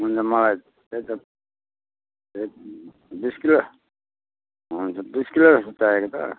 हुन्छ मलाई त्यही त बिस किलो हुन्छ बिस किलो जस्तो चाहिएको थियो